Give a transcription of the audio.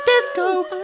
Disco